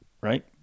right